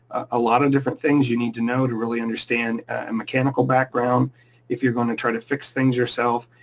a lot of different things you need to know to really understand, a mechanical background if you're gonna try to fix things yourself,